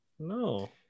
No